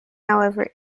however